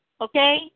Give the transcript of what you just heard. okay